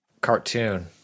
cartoon